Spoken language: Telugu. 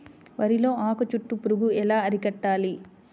వరిలో ఆకు చుట్టూ పురుగు ఎలా అరికట్టాలి?